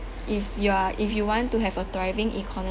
if you are if you want to have a thriving economy